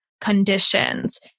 conditions